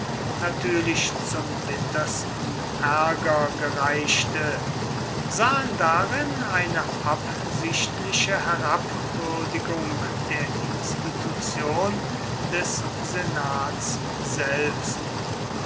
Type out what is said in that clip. natürlich zum bittersten ärger gereichte sahen darin eine absichtliche herabwürdigung der institution des senats selbst